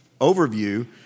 overview